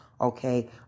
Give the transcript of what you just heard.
okay